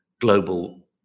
global